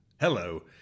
Hello